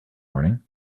morning